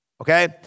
Okay